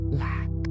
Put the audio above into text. lack